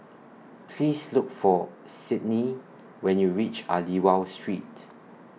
Please Look For Cydney when YOU REACH Aliwal Street